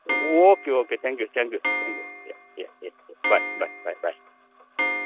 okay okay thank you thank you thank you yeah yeah yeah yeah bye bye bye bye